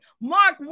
Mark